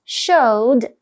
showed